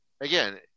again